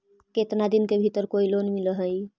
केतना दिन के भीतर कोइ लोन मिल हइ?